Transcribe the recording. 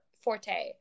forte